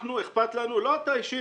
אכפת לנו לא אתה אישית,